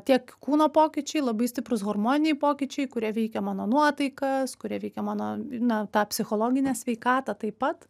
tiek kūno pokyčiai labai stiprūs hormoniniai pokyčiai kurie veikia mano nuotaikas kurie veikia mano na tą psichologinę sveikatą taip pat